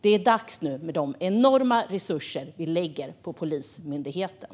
Det är dags nu, med de enorma resurser vi lägger på Polismyndigheten.